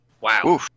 Wow